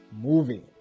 movie